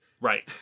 Right